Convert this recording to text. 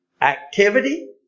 activity